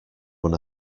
when